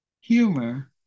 Humor